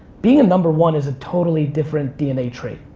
being a number one is a totally different dna trait.